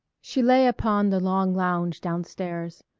she lay upon the long lounge down-stairs.